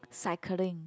cycling